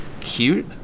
cute